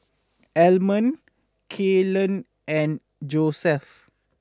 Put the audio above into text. Almon Kaylen and Josef